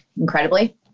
incredibly